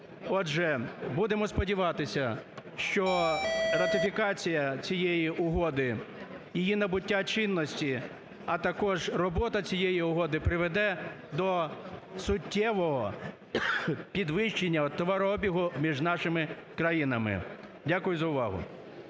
Отже, будемо сподіватися, що ратифікація цієї угоди, її набуття чинності, а також робота цієї угоди приведе до суттєвого підвищення товарообігу між нашими країнами. Дякую за увагу.